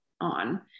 on